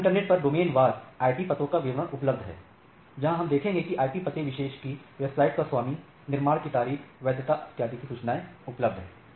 यहां इंटरनेट पर डोमेनवार आईपी पतों का विवरण उपलब्ध है जहां हम देखेंगे कि आईपी पते विशेष की वेबसाइट का स्वामी निर्माण की तारीख वैधता इत्यादि की सूचनाएं उपलब्ध है